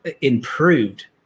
improved